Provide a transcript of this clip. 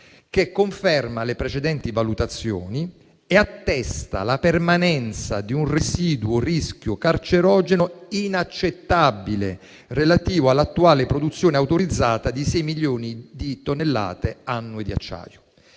che conferma le precedenti valutazioni e attesta la permanenza di un residuo rischio cancerogeno inaccettabile, relativo all'attuale produzione autorizzata di 6 milioni di tonnellate annue di acciaio.